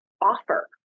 offer